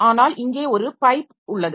ஆனால் இங்கே ஒரு பைப் உள்ளது